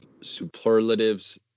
superlatives